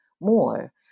more